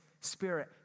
spirit